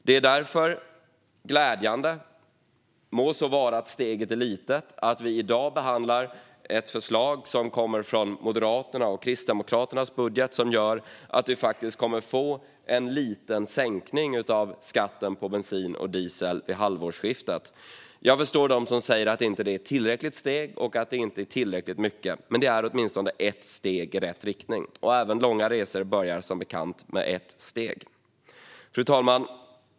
Det är därför glädjande att vi - även om det är ett litet steg - i dag behandlar ett förslag som kommer från Moderaternas och Kristdemokraternas budget och gör att vi faktiskt kommer att få en liten sänkning av skatten på bensin och diesel vid halvårsskiftet. Jag förstår dem som säger att det inte är ett tillräckligt steg och att det inte är tillräckligt mycket, men det är åtminstone ett steg i rätt riktning. Även långa resor börjar som bekant med ett steg. Fru talman!